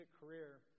career